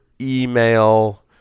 email